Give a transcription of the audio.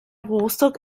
rostock